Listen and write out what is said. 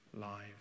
lives